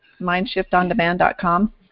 MindShiftOnDemand.com